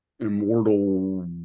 immortal